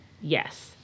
yes